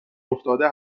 افتاده